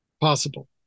possible